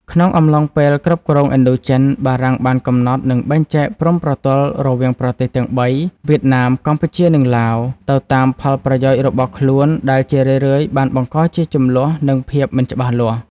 ក្នុងអំឡុងពេលគ្រប់គ្រងឥណ្ឌូចិនបារាំងបានកំណត់ និងបែងចែកព្រំប្រទល់រវាងប្រទេសទាំងបី វៀតណាម កម្ពុជា និងឡាវ ទៅតាមផលប្រយោជន៍របស់ខ្លួន ដែលជារឿយៗបានបង្កជាជម្លោះ និងភាពមិនច្បាស់លាស់។